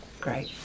Great